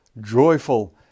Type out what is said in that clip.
joyful